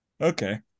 okay